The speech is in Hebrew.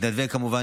כמובן,